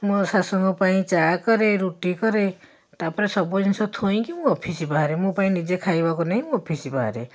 ମୋ ଶାଶୁଙ୍କ ପାଇଁ ଚା' କରେ ରୁଟି କରେ ତା'ପରେ ସବୁ ଜିନିଷ ଥୋଇକି ମୁଁ ଅଫିସ୍ ବାହାରେ ମୋ ପାଇଁ ନିଜେ ଖାଇବା ନେଇ ମୁଁ ଅଫିସ୍ ବାହାରେ